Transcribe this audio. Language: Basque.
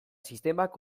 sistemak